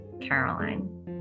Caroline